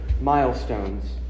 milestones